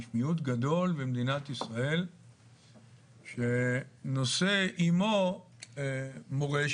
יש מיעוט גדול במדינת ישראל שנושא עימו מורשת